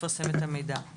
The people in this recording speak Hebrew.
לפרסם את המידע.